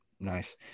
Nice